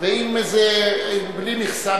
ואם זה בלי מכסה,